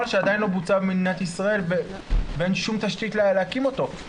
שעדיין לא בוצע במדינת ישראל ואין שום תשתית להקים אותו?